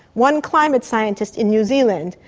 one climate scientist in new zealand,